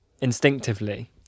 instinctively